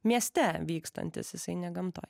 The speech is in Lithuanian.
mieste vykstantis jisai ne gamtoje